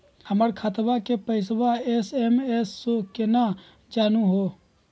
हमर खतवा के पैसवा एस.एम.एस स केना जानहु हो?